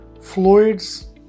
fluids